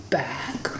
back